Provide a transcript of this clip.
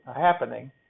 happening